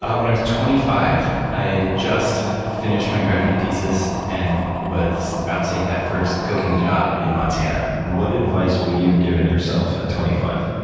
when i was twenty five, i had just finished my graduate thesis and was about to take that first cooking job in montana. what advice would you have given yourself at twenty five?